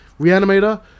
Reanimator